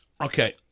Okay